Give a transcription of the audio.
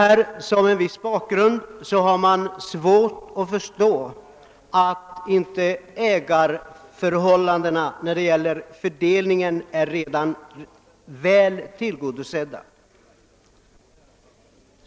Mot denna bakgrund har jag svårt att förstå att man vill åstadkomma en annan fördelning av ägandet.